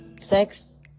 sex